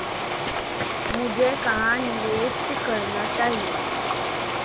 मुझे कहां निवेश करना चाहिए?